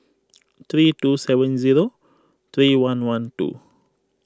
three two seven zero three one one two